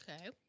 Okay